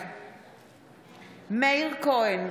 בעד מאיר כהן,